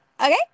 okay